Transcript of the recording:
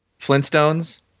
Flintstones